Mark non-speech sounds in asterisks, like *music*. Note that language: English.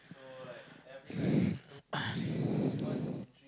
*breath* *coughs* *breath*